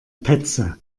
petze